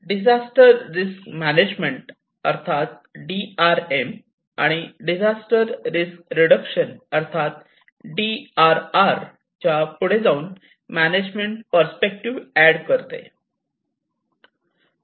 disaster risk management disaster risk reduction च्या पुढे जाऊन मॅनेजमेंट पर्स्पेक्टिव्ह ऍड करते